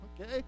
okay